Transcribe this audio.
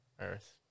Earth